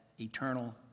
eternal